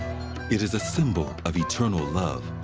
it is a symbol of eternal love,